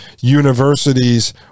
universities